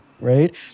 Right